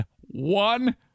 one